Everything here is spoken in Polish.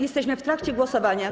Jesteśmy w trakcie głosowania.